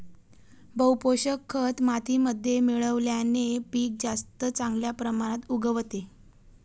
बहू पोषक खत मातीमध्ये मिळवल्याने पीक जास्त चांगल्या प्रमाणात उगवते